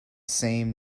same